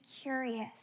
curious